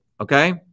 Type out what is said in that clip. okay